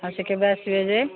ଆଉ ସେ କେବେ ଆସିବେ ଯେ